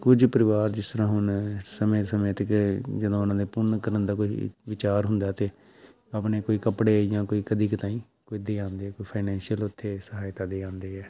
ਕੁਝ ਪਰਿਵਾਰ ਜਿਸ ਤਰ੍ਹਾਂ ਹੁਣ ਸਮੇਂ ਸਮੇਂ 'ਤੇ ਗਏ ਜਦੋਂ ਉਹਨਾਂ ਦੇ ਪੁੰਨ ਕਰਨ ਦਾ ਕੋਈ ਵਿਚਾਰ ਹੁੰਦਾ ਤਾਂ ਆਪਣੇ ਕੋਈ ਕੱਪੜੇ ਜਾਂ ਕੋਈ ਕਦੇ ਕਦਾਈ ਵੀ ਦੇ ਆਉਂਦੇ ਕੋਈ ਫਾਈਨੈਂਸ਼ਅਲ ਉੱਥੇ ਸਹਾਇਤਾ ਦੇ ਆਉਂਦੇ ਹੈ